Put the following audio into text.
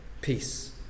peace